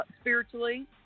spiritually